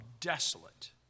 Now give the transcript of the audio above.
desolate